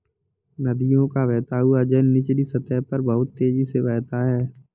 नदियों का बहता हुआ जल निचली सतह पर बहुत तेजी से बहता है